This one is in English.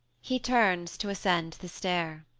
he turns to ascend the stair.